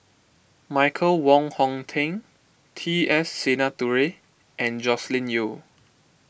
Michael Wong Hong Teng T S Sinnathuray and Joscelin Yeo